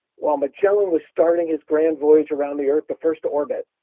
while magellan was starting his grand voyage around the earth, the first orbit,